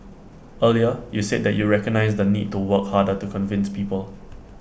earlier you said that you recognise the need to work harder to convince people